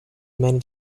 many